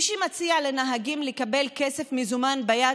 מי שמציע לנהגים לקבל כסף מזומן ביד